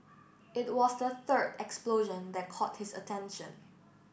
it was the third explosion that caught his attention